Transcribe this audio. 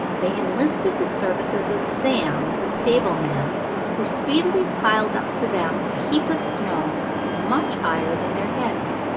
they enlisted the services of sam, the stableman, who speedily piled up for them a heap of snow much higher than their heads.